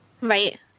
Right